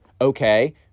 okay